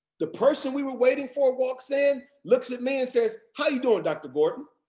the person we were waiting for walks in, looks at me, and says, how you doing dr. gordon?